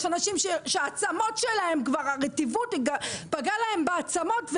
יש אנשים שהרטיבות פגעה להם בעצמות,